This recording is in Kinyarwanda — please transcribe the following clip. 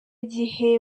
gihe